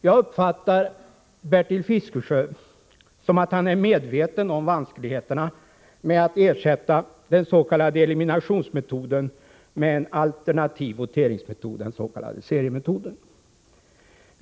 Jag uppfattar det som att Bertil Fiskesjö är medveten om vanskligheterna med att ersätta den s.k. eliminationsmetoden med en alternativ voteringsmetod — den s.k. seriemetoden.